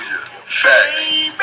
Facts